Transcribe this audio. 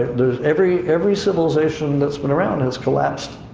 there's, every, every civilization that's been around has collapsed,